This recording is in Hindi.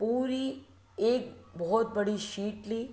पूरी एक बहुत बड़ी शीट ली